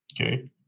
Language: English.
Okay